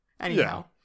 Anyhow